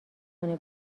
کنه